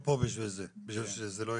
אנחנו פה בשביל זה, בשביל שזה לא יקרה.